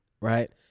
Right